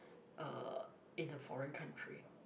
uh in a foreign country